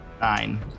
Nine